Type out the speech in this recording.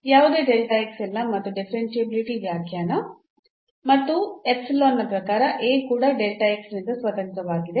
ಯಾವುದೇ ಇಲ್ಲ ಮತ್ತು ಡಿಫರೆನ್ಷಿಯಾಬಿಲಿಟಿ ವ್ಯಾಖ್ಯಾನ ಮತ್ತು ನ ಪ್ರಕಾರ A ಕೂಡ ನಿಂದ ಸ್ವತಂತ್ರವಾಗಿದೆ